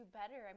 better